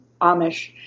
Amish